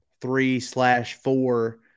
three-slash-four